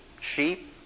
sheep